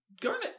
Garnet